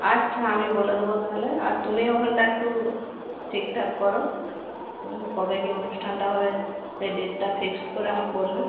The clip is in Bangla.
আচ্ছা আমি বলে দেবো তাহলে আর তুমি ওখানটায় একটু ঠিকঠাক করো কবে কী অনুষ্ঠানটা হবে সেই ডেটটা ফিক্সড করে আমাকে বোলবে